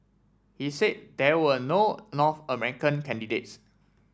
he said there were no North American candidates